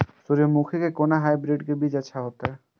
सूर्यमुखी के कोन हाइब्रिड के बीज अच्छा होते?